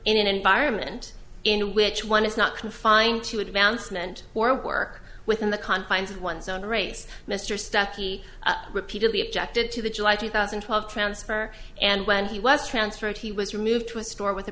in an environment in which one is not confined to advancement or work within the confines of one's own race mr stuckey repeatedly objected to the july two thousand and twelve transfer and when he was transferred he was removed to a store with a